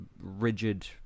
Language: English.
rigid